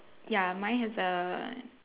ya mine has a